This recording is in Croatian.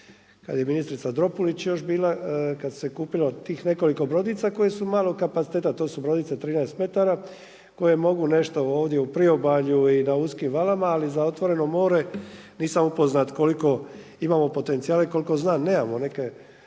kada je ministrica Dropulić još bila. Kad se kupilo tih nekoliko brodica koje su malog kapaciteta. To su brodice 13 metara, koje mogu nešto ovdje u priobalju i na uskim valama, ali za otvoreno more nisam upoznat koliko imamo potencija. I koliko znam, nemamo neke